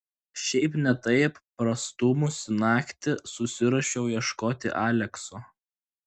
šiaip ne taip prastūmusi naktį susiruošiau ieškoti alekso